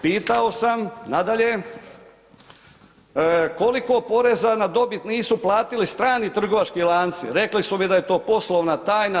Pitao sam, nadalje, koliko poreza na dobit nisu platili strani trgovački lanci, rekli su mi da je to poslovna tajna.